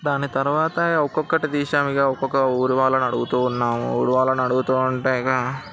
దాని తర్వాత ఇక ఒక్కొక్కటి తీసాము ఒక్కొక్క ఊరు వాళ్ళనీ అడుగుతున్నాము ఊరు వాళ్ళనీ అడుగుతు ఉంటే ఇక